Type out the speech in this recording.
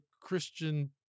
Christian